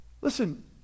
Listen